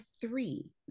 three